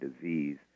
disease